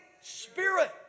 Spirit